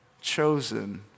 Chosen